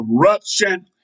corruption